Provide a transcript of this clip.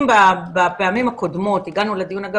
אם בפעמים הקודמות הגענו לדיון אגב,